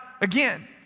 again